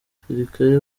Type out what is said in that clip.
abasirikare